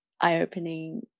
eye-opening